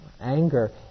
anger